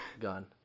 Gone